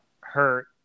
hurt